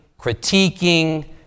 critiquing